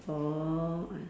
oh ah